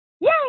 Yay